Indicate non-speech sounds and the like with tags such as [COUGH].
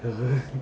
[NOISE]